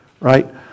right